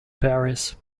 paris